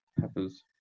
Peppers